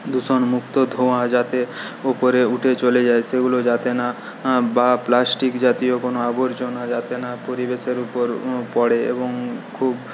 দূষণমুক্ত ধোঁয়া যাতে ওপরে উঠে চলে যায় সেগুলো যাতে না বা প্লাস্টিক জাতীয় কোনও আবর্জনা যাতে না পরিবেশের উপর পড়ে এবং খুব